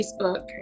Facebook